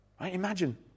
Imagine